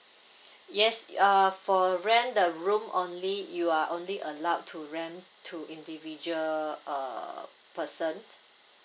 yes err for rent the room only you are only allowed to rent to individual uh person